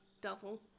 double